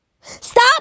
Stop